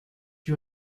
you